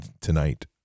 tonight